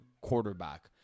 quarterback